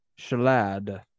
Shalad